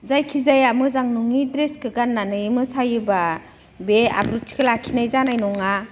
जायखिजाया मोजां नङि ड्रेसखो गाननानै मोसायोब्ला बे आब्रुथिखो लाखिनाय जानाय नङा